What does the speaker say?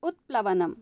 उत्प्लवनम्